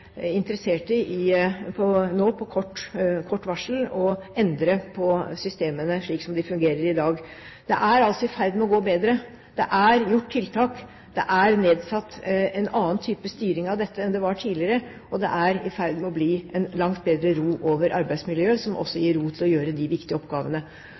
i nå på kort varsel å endre på systemene slik de fungerer i dag. Det er altså i ferd med å gå bedre. Det er gjort tiltak. Det er nedsatt en annen type styring av dette enn det var tidligere, og det er i ferd med å bli langt mer ro over arbeidsmiljøet, som også gir ro til å gjøre de viktige oppgavene.